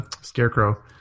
Scarecrow